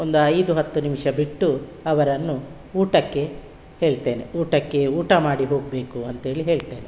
ಒಂದು ಐದು ಹತ್ತು ನಿಮಿಷ ಬಿಟ್ಟು ಅವರನ್ನು ಊಟಕ್ಕೆ ಹೇಳ್ತೇನೆ ಊಟಕ್ಕೆ ಊಟ ಮಾಡಿ ಹೋಗಬೇಕು ಅಂಥೇಳಿ ಹೇಳ್ತೇನೆ